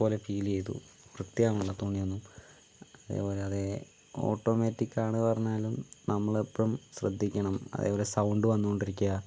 പോലെ ഫീൽ ചെയ്തു വൃത്തി ആവണില്ല തുണിയൊന്നും അതേപോലെ അത് ഓട്ടോമാറ്റിക്കാണ് പറഞ്ഞാലും നമ്മളെപ്പോഴും ശ്രദ്ധിക്കണം അതേപോലെ സൗണ്ട് വന്നു കൊണ്ടിരിക്കുക